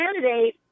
candidate